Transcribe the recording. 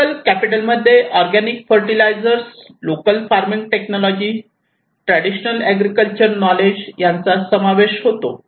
physical capital मध्ये organic fertiliser local farming technology traditional agriculture knowledge यांचा समावेश होतो